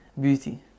beauty